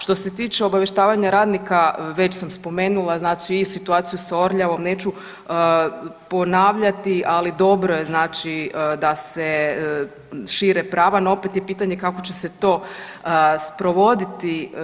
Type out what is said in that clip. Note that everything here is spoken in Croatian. Što se tiče obavještavanja radnika već sam spomenula znači i situaciju s Orljavom neću ponavljati, ali dobro je znači da se šire prava no opet je pitanje kako će se to sprovoditi.